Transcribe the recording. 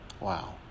Wow